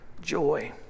joy